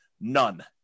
None